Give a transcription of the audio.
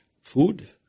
Food